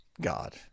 God